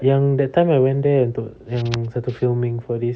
yang that time I went there untuk yang satu filming for this